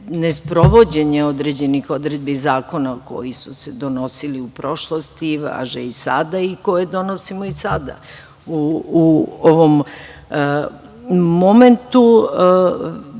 ne sprovođenja određenih odredbi zakona koji su se donosili u prošlosti, važe i sada i koje donosimo i sada u ovom momentu.